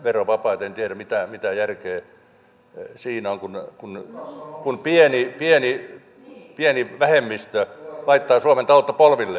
en tiedä mitä järkeä siinä on kun pieni vähemmistö laittaa suomen taloutta polvilleen